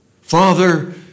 Father